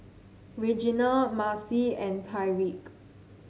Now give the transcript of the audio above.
Regina Marci and Tyreke